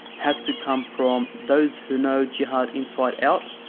has to come from those who know jihad inside out,